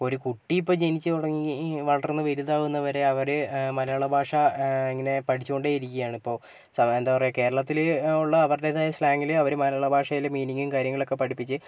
ഒരു കുട്ടി ഇപ്പോൾ ജനിച്ച് തുടങ്ങി വളർന്ന് വലുതാവുന്നത് വരെ അവർ മലയാള ഭാഷ ഇങ്ങനെ പഠിച്ചുകൊണ്ടേ ഇരിക്കുകയാണ് ഇപ്പോൾ എന്താണ് പറയുക കേരളത്തിൽ ഉള്ള അവരുടെതായ സ്ലാങ്ങിൽ അവർ മലയാള ഭാഷയിൽ മീനിങ്ങും കാര്യങ്ങളൊക്കെ പഠിപ്പിച്ച്